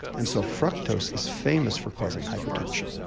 and so fructose is famous for causing hypertension.